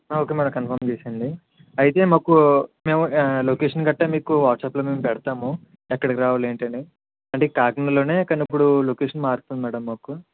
okay madam confirm చేసేయండి అయితే మాకు మేము లొకేషన్ కట్టా మీకు వాట్సప్లో మేము పెడతాము ఎక్కడికి రావాలి ఏంటని అంటే టాకింగ్లోనే కానిప్పుడు లొకేషన్ మార్తున్నాడు మేడమ్ మాకు